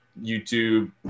YouTube